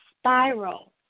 spiral